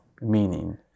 meaning